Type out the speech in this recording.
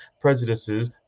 prejudices